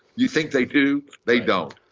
you think they do. they don't.